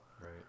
Right